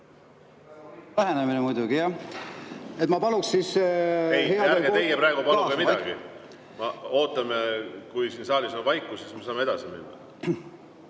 siis …… muidugi jah. Ma paluks siis … Ei, ärge teie praegu paluge midagi. Ootame, kuni siin saalis on vaikus ja siis me saame edasi